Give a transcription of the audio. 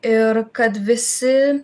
ir kad visi